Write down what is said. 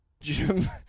Jim